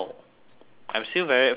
I'm still very fascinated